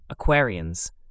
Aquarians